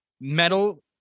metal